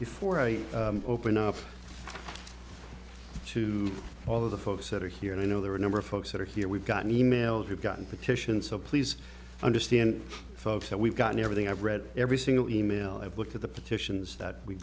before i open up to all of the folks that are here and i know there are a number of folks that are here we've gotten e mails we've gotten petitions so please understand that we've gotten everything i've read every single e mail i've looked at the petitions that we